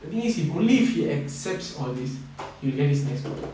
the thing is if only if he accepts all these he will get this next project